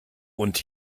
und